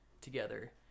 together